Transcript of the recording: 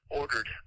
ordered